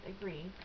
agree